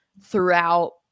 throughout